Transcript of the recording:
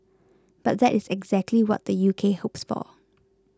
but that is exactly what the U K hopes for